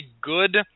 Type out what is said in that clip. good